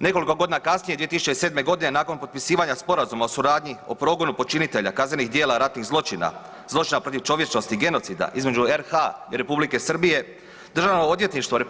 Nekoliko godina kasnije, 2007.g. nakon potpisivanja Sporazuma o suradnji o progonu počinitelja kaznenih dijela ratnih zločina, zločina protiv čovječnosti i genocida između RH i Republike Srbije, Državno odvjetništvo RH